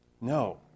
No